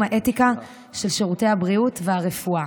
האתיקה של שירותי הבריאות והרפואה.